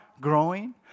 growing